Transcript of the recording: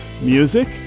music